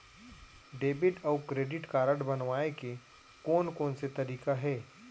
Debit अऊ credit card बनवाए के कोन कोन से तरीका हे?